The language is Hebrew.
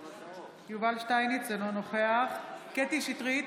אינו נוכח קטי קטרין שטרית,